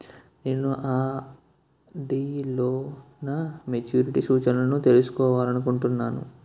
నేను నా ఆర్.డి లో నా మెచ్యూరిటీ సూచనలను తెలుసుకోవాలనుకుంటున్నాను